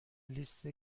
لیست